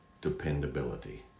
dependability